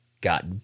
got